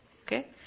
Okay